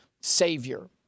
Savior